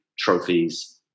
Trophies